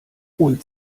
und